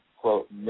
quote